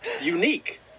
unique